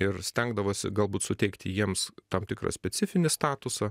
ir stengdavosi galbūt suteikti jiems tam tikrą specifinį statusą